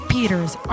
Peters